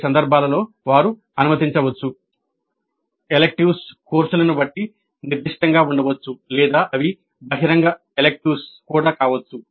కొన్ని సందర్భాల్లో వారు అనుమతించవచ్చు